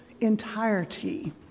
entirety